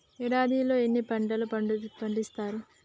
ఏడాదిలో ఎన్ని పంటలు పండిత్తరు?